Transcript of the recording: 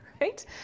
right